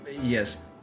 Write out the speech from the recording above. yes